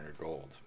gold